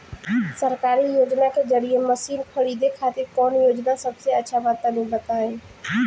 सरकारी योजना के जरिए मशीन खरीदे खातिर कौन योजना सबसे अच्छा बा तनि बताई?